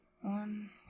One